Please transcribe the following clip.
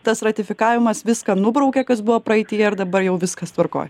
tas ratifikavimas viską nubraukė kas buvo praeityje ir dabar jau viskas tvarkoj